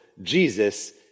Jesus